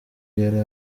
yari